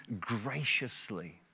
graciously